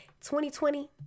2020